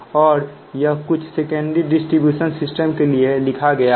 और यह कुछ सेकेंडरी डिस्ट्रीब्यूशन सिस्टम के लिए लिखा गया है